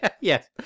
yes